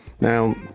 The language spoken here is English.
Now